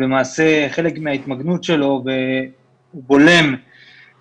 אז למעשה חלק מההתמקמות שלו בולם